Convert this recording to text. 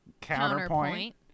Counterpoint